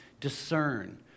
discern